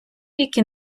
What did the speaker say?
які